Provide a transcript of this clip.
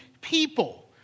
people